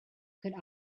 could